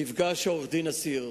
מפגש עורך-דין אסיר,